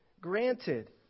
granted